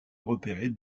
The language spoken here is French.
repérer